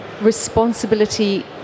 responsibility